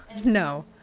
no.